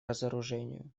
разоружению